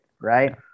right